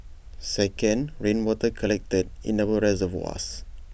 second rainwater collected in our reservoirs